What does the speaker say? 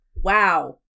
wow